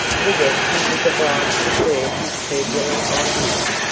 with it he was obliged to curb his turbulent ideas,